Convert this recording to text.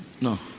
No